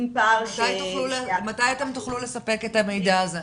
פער --- מתי תוכלו לספק את המידע הזה?